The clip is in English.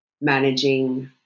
managing